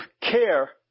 care